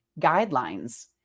guidelines